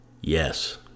Yes